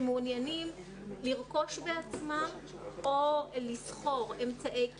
לרכוש בעצמם או לשכור אמצעי קצה.